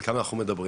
על כמה אנחנו מדברים?